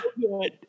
good